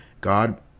god